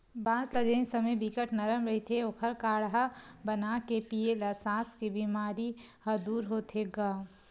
बांस ल जेन समे बिकट नरम रहिथे ओखर काड़हा बनाके पीए ल सास के बेमारी ह दूर होथे गा